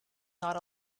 not